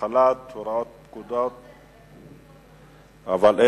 חוק התעבורה, חוק הפיקוח על מעונות-יום לפעוטות.